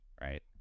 right